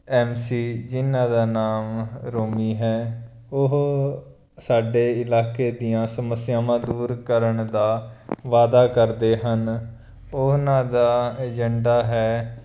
M C ਜਿਨਾਂ ਦਾ ਨਾਮ ਰੋਮੀ ਹੈ ਉਹ ਸਾਡੇ ਇਲਾਕੇ ਦੀਆਂ ਸਮੱਸਿਆਵਾਂ ਦੂਰ ਕਰਨ ਦਾ ਵਾਅਦਾ ਕਰਦੇ ਹਨ ਉਹਨਾਂ ਦਾ ਏਜੰਡਾ ਹੈ